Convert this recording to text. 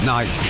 Night